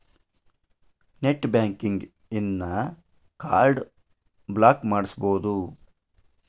net banking ಇನ್ದಾ card block ಮಾಡ್ಸ್ಬೊದು